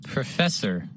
Professor